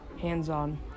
hands-on